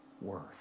worth